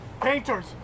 painters